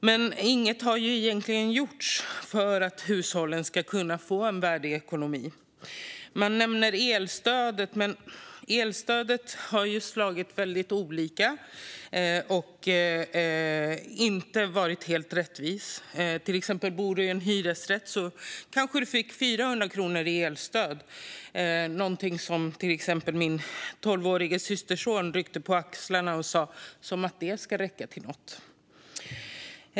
Men inget har egentligen gjorts för att hushållen ska kunna få en värdig ekonomi. Ministern nämnde elstödet, men elstödet har ju slagit väldigt olika och inte varit helt rättvist. Den som bor i en hyresrätt kanske fick 400 kronor i elstöd. Min tolvårige systerson ryckte på axlarna åt det och sa: "Som om det skulle räcka till något."